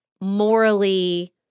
morally